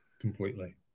completely